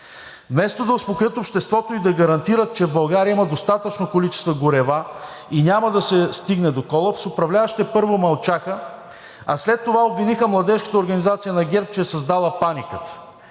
Вместо да успокоят обществото и да гарантират, че в България има достатъчно количества горива и няма да се стигне до колапс, управляващите, първо, мълчаха, а след това обвиниха Младежката организация на ГЕРБ, че е създала паниката.